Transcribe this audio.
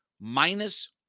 Minus